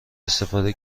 استفاده